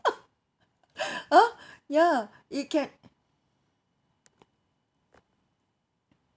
ah ya it can